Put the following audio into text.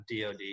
DoD